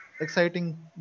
exciting